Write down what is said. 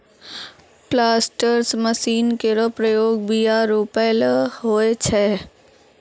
planters machine केरो प्रयोग बीया रोपै ल होय छै